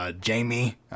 Jamie